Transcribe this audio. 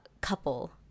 couple